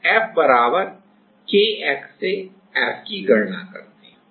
तत्पश्चात Fkx से F की गणना करते हैं